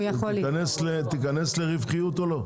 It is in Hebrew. תיכנס לרווחיות או לא?